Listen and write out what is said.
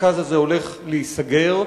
המרכז הזה הולך להיסגר,